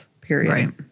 period